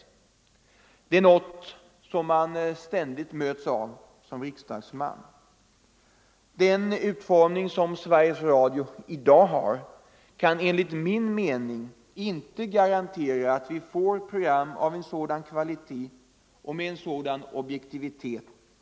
Detta är något som man ständigt möter som riksdagsman. Den utformning som Sveriges Radio i dag har un — Rundradiooch derlättar enligt min mening inte att vi får program med kvalitet och — andra massmedieobjektivitet.